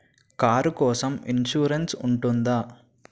Car కోసం insurance ఉంటుందా?